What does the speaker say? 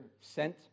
sent